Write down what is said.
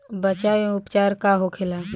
बचाव व उपचार का होखेला?